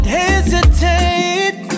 hesitate